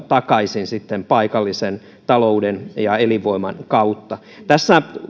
takaisin paikallisen talouden ja elinvoiman kautta tässä